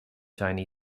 tiny